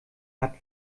hat